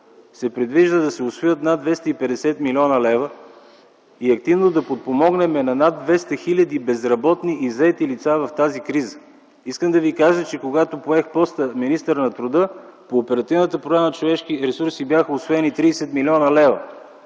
се предвижда да се усвоят над 250 млн. лв. и активно да подпомогнем над 250 хил. безработни и заети лица в тази криза. Искам да Ви кажа, че когато поех поста министър на труда, по оперативна програма „Човешки ресурси” бяха усвоени 30 млн. лв.